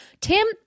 Tim